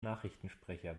nachrichtensprecher